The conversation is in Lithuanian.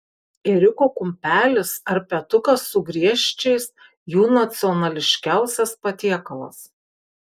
ėriuko kumpelis ar petukas su griežčiais jų nacionališkiausias patiekalas